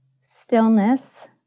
stillness